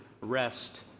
rest